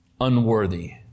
unworthy